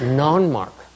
non-mark